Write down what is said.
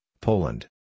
Poland